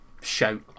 shout